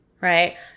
right